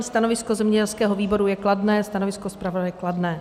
Stanovisko zemědělského výboru je kladné, stanovisko zpravodaje kladné.